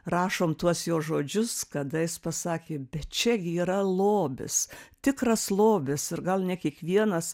rašom tuos jo žodžius kada jis pasakė bet čia gi yra lobis tikras lobis ir gal ne kiekvienas